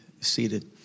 seated